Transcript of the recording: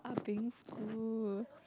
ah beng school